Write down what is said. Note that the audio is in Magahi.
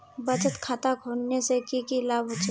बचत खाता खोलने से की की लाभ होचे?